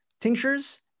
tinctures